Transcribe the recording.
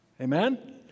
Amen